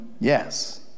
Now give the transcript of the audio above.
Yes